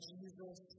Jesus